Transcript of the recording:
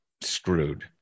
screwed